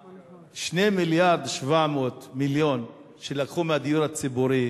2.7 מיליארד שלקחו מהדיור הציבורי,